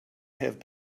have